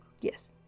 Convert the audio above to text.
Yes